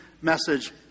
message